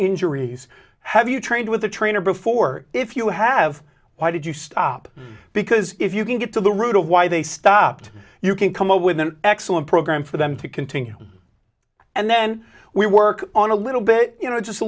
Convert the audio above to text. injuries have you trained with a trainer before if you have why did you stop because if you can get to the root of why they stopped you can come up with an excellent program for them to continue and then we work on a little bit you know just a